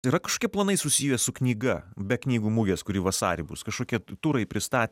yra kažkokie planai susiję su knyga be knygų mugės kuri vasarį bus kažkokie tu turai pristat